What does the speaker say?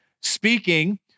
speaking